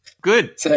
good